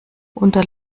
unter